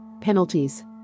Penalties